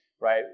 right